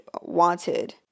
wanted